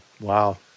Wow